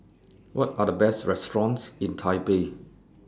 What Are The Best restaurants in Taipei